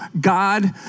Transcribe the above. God